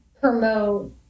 promote